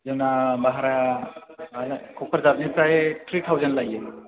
जोंना भारा क'क्राझारनिफ्राय थ्रि थावजेन लायो